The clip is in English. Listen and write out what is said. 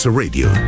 radio